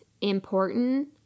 important